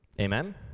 Amen